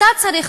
אתה צריך,